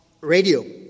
radio